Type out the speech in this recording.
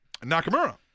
Nakamura